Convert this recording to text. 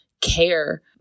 care